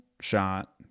shot